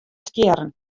stjerren